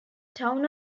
town